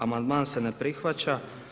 Amandman se ne prihvaća.